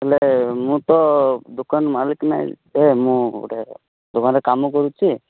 ହେଲେ ମୁଁ ତ ଦୋକାନ ମାଲିକ ନାହିଁ ଏ ମୁଁ ଗୋଟେ ଦୋକାନରେ କାମ କରୁଛି